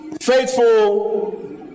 Faithful